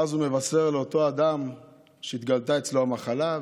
ואז הוא מבשר לאותו אדם שהתגלתה אצלו המחלה,